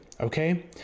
okay